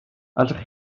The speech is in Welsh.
allech